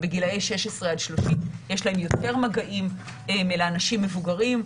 בגילי 16 30. יש להם יותר מגעים מאשר לאנשים מבוגרים.